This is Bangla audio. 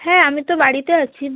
হ্যাঁ আমি তো বাড়িতে আছি